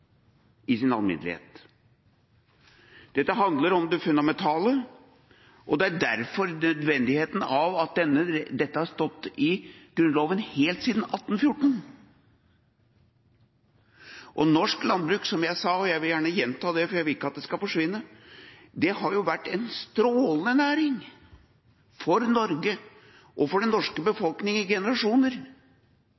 i sin alminnelighet. Dette handler om det fundamentale, og dette har stått i Grunnloven helt siden 1814. Norsk landbruk, som jeg sa – og jeg vil gjerne gjenta det, for jeg vil ikke at det skal forsvinne – har jo vært en strålende næring for Norge og for den norske